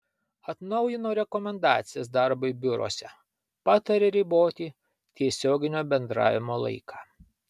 atnaujino rekomendacijas darbui biuruose pataria riboti tiesioginio bendravimo laiką